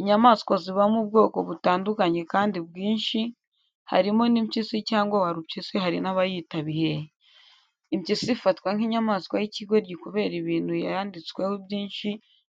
Inyamaswa zibamo ubwoko butandukanye kandi bwinshi, harimo n'impyisi cyangwa warupyisi hari n'abayita Bihehe. Impyisi ifatwa nk'inyamaswa y'ikigoryi kubera ibintu yanditsweho byinshi